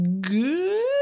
good